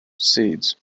seeds